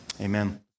amen